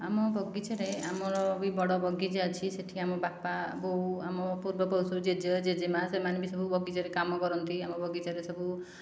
ଆମ ବଗିଚାରେ ଆମର ବି ବଡ଼ ବଗିଚା ଅଛି ସେଠି ଆମ ବାପା ବୋଉ ଆମ ପୂର୍ବପୁରୁଷରୁ ଜେଜେ ଜେଜେମା' ସେମାନେ ବି ସବୁ ବଗିଚାରେ କାମ କରନ୍ତି ଆମ ବଗିଚାରେ ସବୁ